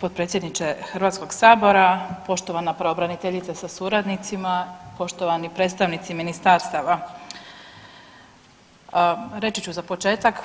Potpredsjedniče Hrvatskog sabora, poštovana pravobraniteljice sa suradnicima, poštovani predstavnici ministarstava, reći ću za početak